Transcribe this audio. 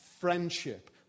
friendship